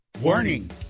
Warning